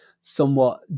somewhat